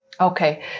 Okay